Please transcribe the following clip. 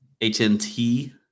hnt